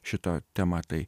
šita tema tai